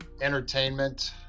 entertainment